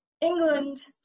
England